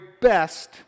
best